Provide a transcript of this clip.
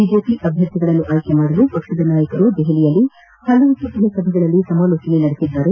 BJP ಅಭ್ಯರ್ಥಿಗಳನ್ನು ಆಯ್ಕೆ ಮಾಡಲು ಪಕ್ಷದ ನಾಯಕರು ದೆಹಲಿಯಲ್ಲಿ ಹಲವು ಸುತ್ತಿನ ಸಭೆಗಳಲ್ಲಿ ಸಮಾಲೋಚನೆ ನಡೆಸಿದ್ದಾರೆ